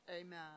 Amen